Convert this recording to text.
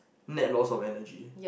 net loss of energy